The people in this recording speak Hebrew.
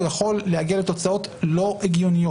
אז אני אמצא את זה בדואר האלקטרוני?